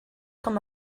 com